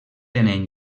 tenen